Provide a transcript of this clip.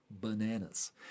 bananas